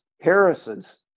Harris's